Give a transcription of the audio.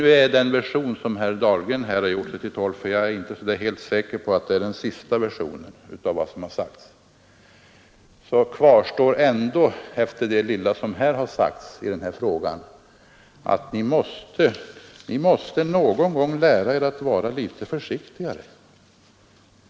Om nu den version som herr Dahlgren har gjort sig till tolk för — jag är inte säker på att det är den sista versionen av vad som har sagts — kvarstår, så är lärdomen av det lilla som har sagts här att ni någon gång måste lära er att vara litet försiktigare.